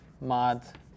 mod